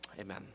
Amen